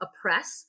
oppress